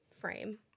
frame